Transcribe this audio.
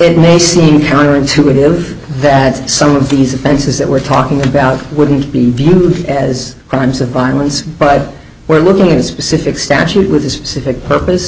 it may seem counterintuitive that some of these offenses that we're talking about wouldn't be viewed as crimes of violence but we're looking at specific statute with a specific purpose